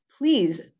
Please